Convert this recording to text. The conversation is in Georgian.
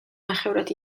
ნახევრად